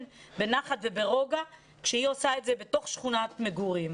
בנחת וברוגע כשהיא עושה את זה בתוך שכונת מגורים.